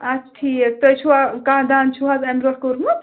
اَچھا ٹھیٖک تۅہہِ چھُوا کانٛہہ دَنٛد چھُوا حظ اَمہِ برٛونٹھ کوٚڈمُت